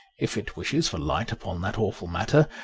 if it wishes for light upon that awful matter,